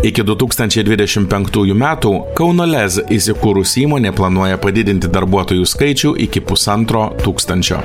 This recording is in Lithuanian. iki du tūkstančiai dvidešim penktųjų metų kauno lez įsikūrusi įmonė planuoja padidinti darbuotojų skaičių iki pusantro tūkstančio